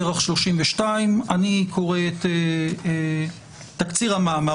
כרך 32. אני קורא את תקציר המאמר.